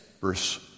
verse